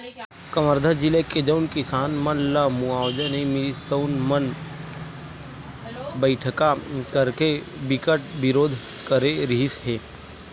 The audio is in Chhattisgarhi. कवर्धा जिला के जउन गाँव के किसान मन ल मुवावजा नइ मिलिस तउन मन बइठका करके बिकट बिरोध करे रिहिस हे